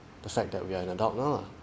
the fact that we are an adult lah